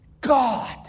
God